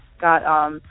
got